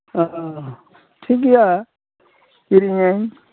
ᱴᱷᱤᱠᱜᱮᱭᱟ ᱠᱤᱨᱤᱧᱟᱧ